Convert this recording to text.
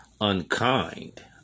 unkind